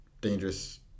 dangerous